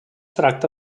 tracta